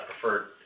preferred